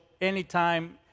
anytime